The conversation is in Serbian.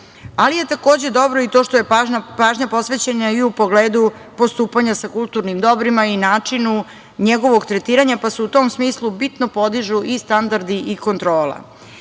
ali je takođe dobro i to što je pažnja posvećena i u pogledu postupanja sa kulturnim dobrima i načinu njegovog tretiranja, pa se u tom smislu bitno podižu i standardi i kontrola. Jedan